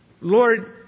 Lord